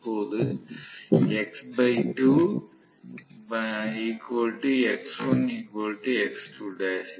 இப்போது